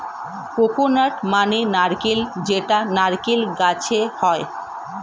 coconut মানে নারকেল যেটা নারকেল গাছে হয়